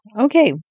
Okay